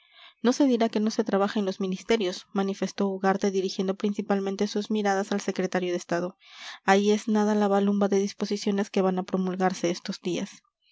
no se dirá que no se trabaja en los ministerios manifestó ugarte dirigiendo principalmente sus miradas al secretario de estado ahí es nada la balumba de disposiciones que van a promulgarse estos días